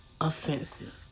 offensive